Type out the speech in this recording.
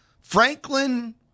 Franklin